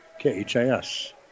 KHIS